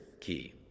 key